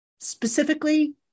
specifically